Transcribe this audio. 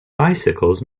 bicycles